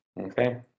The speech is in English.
Okay